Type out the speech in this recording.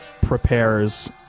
prepares